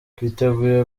twiteguye